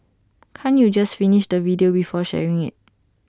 can't you just finish the video before sharing IT